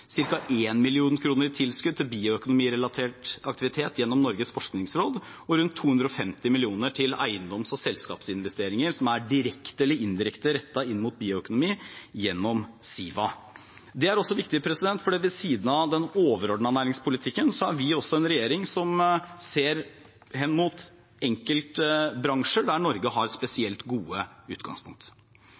i tilskudd til bioøkonomirelatert aktivitet gjennom Norges forskningsråd og rundt 250 mill. kr til eiendoms- og selskapsinvesteringer som er direkte eller indirekte rettet inn mot bioøkonomi gjennom Siva. Det er også viktig, for ved siden av den overordnede næringspolitikken er vi også en regjering som ser hen til enkeltbransjer der Norge har et spesielt godt utgangspunkt.